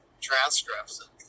transcripts